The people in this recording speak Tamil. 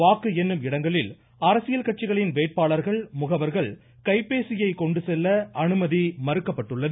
வாக்கு எண்ணும் இடங்களில் அரசியல் கட்சிகளின் வேட்பாளர்கள் முகவர்கள் கைபேசியை கொண்டு செல்ல அனுமதி மறுக்கப்பட்டுள்ளது